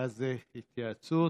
הייתה איזו התייעצות.